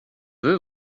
veux